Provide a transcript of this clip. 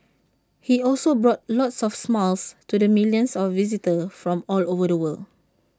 he also brought lots of smiles to the millions of visitors from all over the world